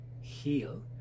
heal